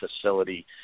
facility